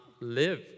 live